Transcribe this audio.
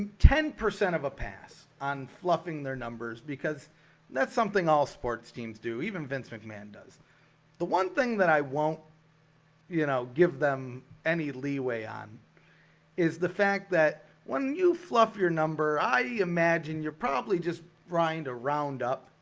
ten percent of a pass on fluffing their numbers because that's something all sports teams do even vince mcmahon does the one thing that i won't you know give them any leeway on is the fact that when you fluff your number i imagine you're probably just grind around up.